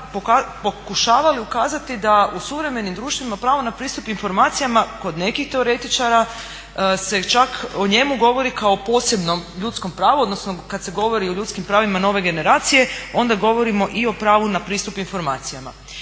pokušavali ukazati da u suvremenim društvima pravo na pristup informacijama kod nekih teoretičara se čak o njemu govori kao posebnom ljudskom pravu, odnosno kad se govori o ljudskim pravima nove generacije onda govorimo i o pravu na pristup informacijama.